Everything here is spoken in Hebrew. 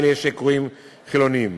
אלה שקרויים חילונים.